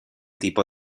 tipo